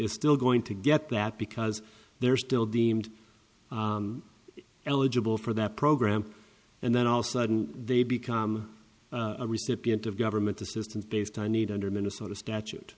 is still going to get that because they're still deemed eligible for that program and then all sudden they become a recipient of government assistance based on need under minnesota statute